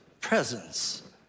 presence